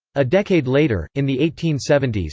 a decade later, in the eighteen seventy s,